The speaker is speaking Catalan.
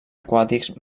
aquàtics